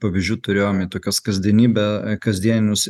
pavyzdžių turėjom į tokias kasdienybę kasdieninius